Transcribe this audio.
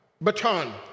baton